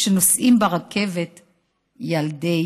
/ שנוסעים ברכבת ילדי